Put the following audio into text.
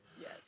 Yes